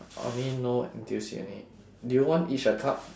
I only know N_T_U_C only do you want each a cup